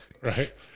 right